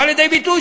זה בא לידי ביטוי,